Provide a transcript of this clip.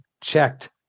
checked